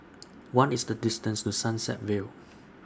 What IS The distance to Sunset Vale